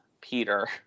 Peter